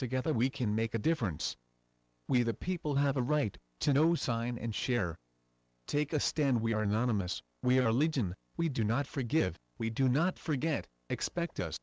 together we can make a difference we the people have a right to know sign and share take a stand we are not a mess we are legion we do not forgive we do not forget expect us